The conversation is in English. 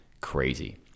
crazy